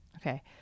Okay